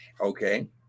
Okay